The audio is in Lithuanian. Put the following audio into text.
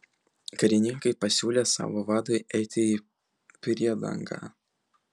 karininkai pasiūlė savo vadui eiti į priedangą